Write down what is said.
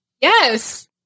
Yes